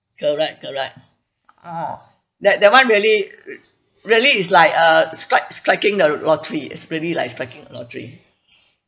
correct correct ah that that [one] really r~ really is like uh strike striking the lottery is really like striking a lottery